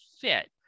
fit